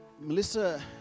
Melissa